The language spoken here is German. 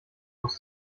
muss